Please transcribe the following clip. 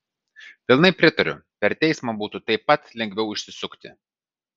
pilnai pritariu per teismą būtų taip pat lengviau išsisukti